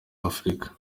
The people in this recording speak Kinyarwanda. afurika